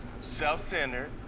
self-centered